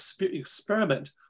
experiment